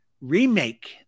remake